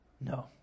No